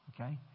Okay